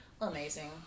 Amazing